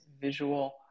visual